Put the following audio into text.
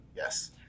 Yes